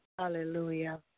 Hallelujah